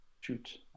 shoot